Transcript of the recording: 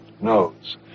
knows